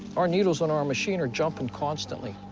our needles on our machine are jumping constantly.